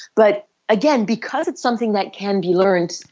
but again because it's something that can be learned,